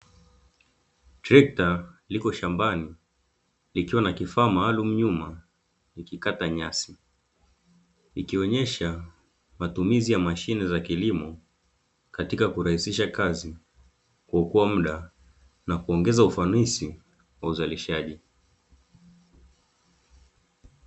Trekta liko shambani likiwa na kifaa maalumu nyuma ikikata nyasi. Ikionyesha matumizi ya mashine za kilimo katika kurahisisha kazi, kuokoa mda na kuongeza ufanisi wa uzalishaji.